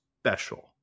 special